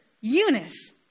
Eunice